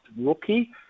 rookie